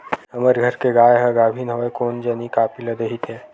हमर घर के गाय ह गाभिन हवय कोन जनी का पिला दिही ते